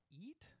eat